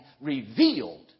revealed